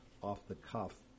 off-the-cuff